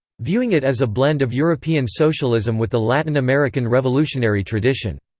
viewing it as a blend of european socialism with the latin american revolutionary tradition.